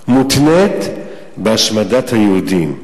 מותנית בהשמדת היהודים.